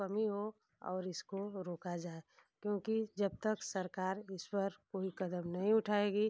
कमी हो और इसको रोका जाए क्योंकि जब तक सरकार इस पर कोई कदम नहीं उठाएगी